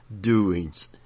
doings